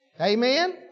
Amen